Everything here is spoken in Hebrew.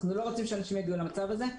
אנחנו לא רוצים שאנשים יגיעו למצב הזה,